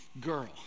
girl